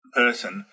person